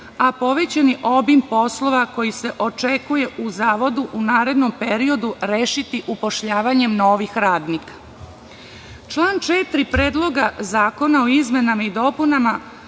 a povećani obim poslova koji se očekuje u Zavodu u narednom periodu rešiti upošljavanjem novih radnika. Član 4. Predloga zakona o izmenama i dopunama